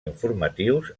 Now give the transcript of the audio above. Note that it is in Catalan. informatius